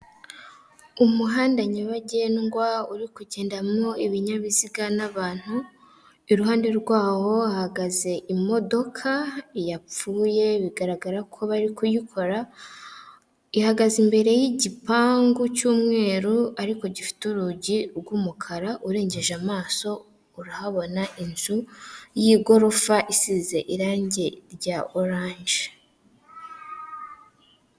Umuhanda nyabagendwa uri kugendamo ibinyabiziga n'abantu. Iruhande rwaho hahagaze imodoka yapfuye, bigaragara ko bari kuyikora. Ihagaze imbere y'igipangu cy'umweru ariko gifite urugi rw'umukara, urengeje amaso urahabona inzu y'igorofa isize irangi rya oranje.